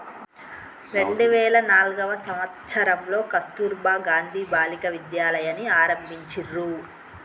రెండు వేల నాల్గవ సంవచ్చరంలో కస్తుర్బా గాంధీ బాలికా విద్యాలయని ఆరంభించిర్రు